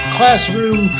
Classroom